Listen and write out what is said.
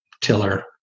tiller